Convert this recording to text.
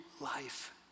life